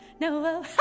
No